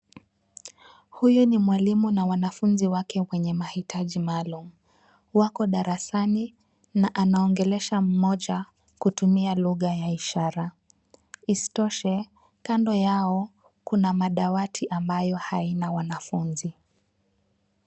Huyu ni mwalimu na wanafunzi wenye mahitaji maalum. Wako darasani na anaongelesha mmoja kutumia lugha ya ishara. Isitoshe, kando yao kuna madawati ambayo haina wanafunzi.